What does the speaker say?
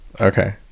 Okay